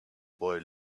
boy